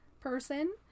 person